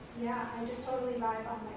yeah i just totally vibe on